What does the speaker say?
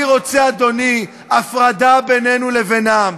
אני רוצה, אדוני, הפרדה בינינו לבינם,